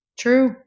true